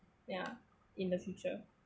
ya in the future